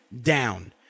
down